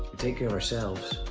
take care of ourselves,